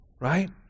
Right